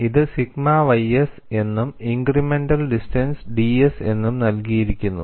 ഇത് sigma ys എന്നും incremental distance ds എന്നും നൽകിയിരിക്കുന്നു